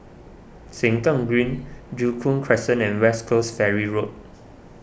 Sengkang Green Joo Koon Crescent and West Coast Ferry Road